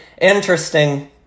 interesting